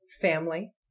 family